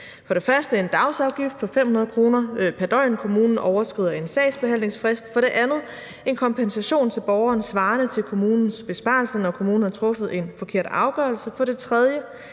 for det første en dagsafgift på 500 kr. pr. døgn, kommunen overskrider en sagsbehandlingsfrist; for det andet en kompensation til borgeren svarende til kommunens besparelse, når kommunen har truffet en forkert afgørelse; for det tredje